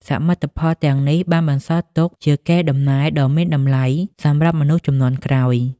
សមិទ្ធផលទាំងនេះបានបន្សល់ទុកជាកេរដំណែលដ៏មានតម្លៃសម្រាប់មនុស្សជំនាន់ក្រោយ។